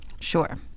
Sure